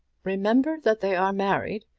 remember that they are married.